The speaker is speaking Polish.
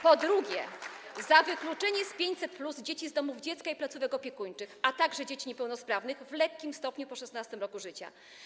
Po drugie, za wykluczenie z programu 500+ dzieci z domów dziecka i placówek opiekuńczych, a także dzieci niepełnosprawnych w lekkim stopniu po 16. roku życia.